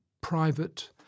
private